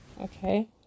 Okay